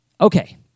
Okay